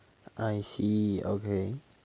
I see okay